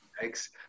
thanks